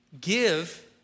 give